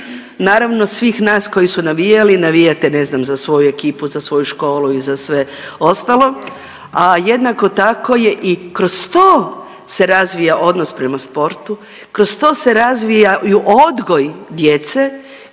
naravno svih nas koji su navijali, navijate ne znam za svoju ekipu, za svoju školu i za sve ostalo, a jednako tako je i kroz to se razvija odnos prema sportu, kroz to se razvija odgoj djece,